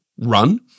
run